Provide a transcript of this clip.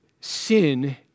sin